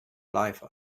life